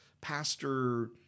pastor